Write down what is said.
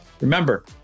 Remember